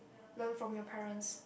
learnt from your parents